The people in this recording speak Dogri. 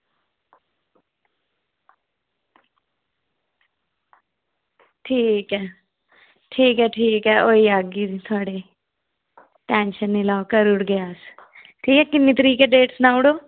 ठीक ऐ ठीक ऐ ठीक ऐ आई जागी फ्ही थुआढ़े टेंशन नेईं लेऔ करी ओड़गे अस ठीक ऐ किन्नी तरीक ऐ डेट सनाई ओड़ो